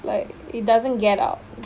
like it doesn't get out